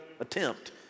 attempt